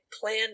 Plan